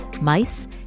mice